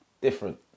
different